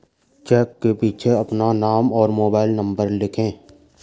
check के पीछे अपना नाम और मोबाइल नंबर लिखें